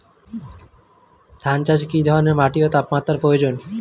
ধান চাষে কী ধরনের মাটি ও তাপমাত্রার প্রয়োজন?